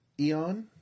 Eon